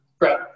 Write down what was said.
Right